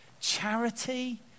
Charity